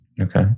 Okay